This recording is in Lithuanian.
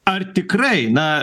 ar tikrai na